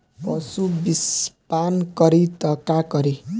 पशु विषपान करी त का करी?